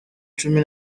cumi